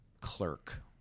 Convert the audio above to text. clerk